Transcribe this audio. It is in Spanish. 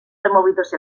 removidos